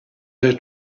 her